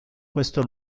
questo